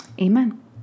amen